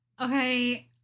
Okay